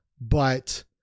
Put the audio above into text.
but-